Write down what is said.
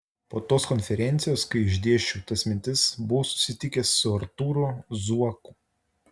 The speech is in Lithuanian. po tos konferencijos kai išdėsčiau tas mintis buvau susitikęs su artūru zuoku